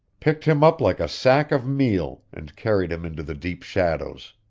picked him up like a sack of meal and carried him into the deep shadows.